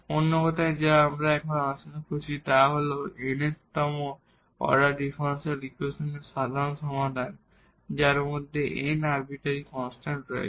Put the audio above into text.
অন্য কথায় যা আমরা এখানে আলোচনা করেছি তা হল n তম অর্ডার ডিফারেনশিয়াল ইকুয়েশনের সাধারণ সমাধান যার মধ্যে n আরবিটারি কনস্ট্যান্ট রয়েছে